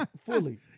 fully